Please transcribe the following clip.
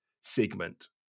segment